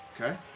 Okay